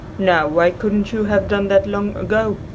now, why couldn't you have done that long ago,